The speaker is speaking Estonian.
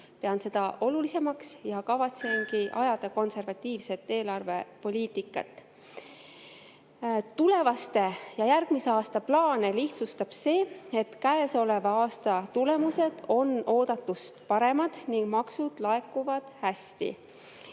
Pean seda oluliseks ja kavatsengi ajada konservatiivset eelarvepoliitikat. Tulevaste [aastate] ja järgmise aasta plaane lihtsustab see, et käesoleva aasta tulemused on oodatust paremad ning maksud laekuvad hästi.